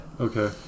Okay